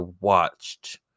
watched